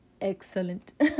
excellent